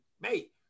mate